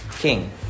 king